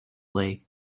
league